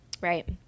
Right